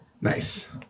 Nice